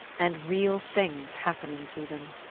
and real things happening to them.